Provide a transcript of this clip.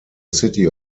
city